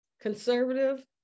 conservative